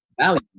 value